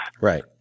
Right